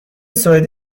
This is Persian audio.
سوئدی